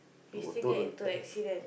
motor don't have